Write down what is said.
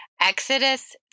Exodus